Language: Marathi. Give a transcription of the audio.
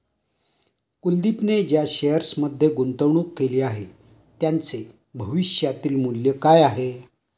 कुलदीपने ज्या शेअर्समध्ये गुंतवणूक केली आहे, त्यांचे भविष्यातील मूल्य काय आहे?